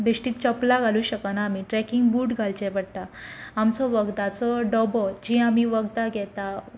बेश्टीं चपलां घालूंक शकना आमी ट्रॅकिंग बूट घालचे पडटा आमचो वखदांचो डबो जीं आमी वखदां घेता